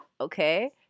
okay